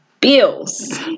bills